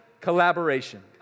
collaboration